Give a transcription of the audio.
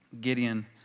Gideon